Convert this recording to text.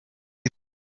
you